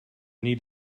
need